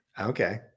Okay